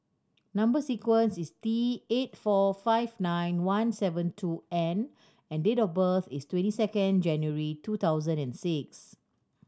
number sequence is T eight four five nine one seven two N and date of birth is twenty second January two thousand and six